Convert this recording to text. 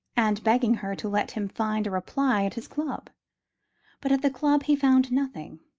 and begging her to let him find a reply at his club but at the club he found nothing,